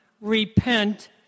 Repent